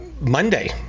Monday